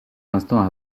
instants